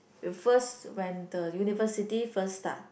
it first when the university first start